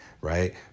right